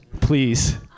Please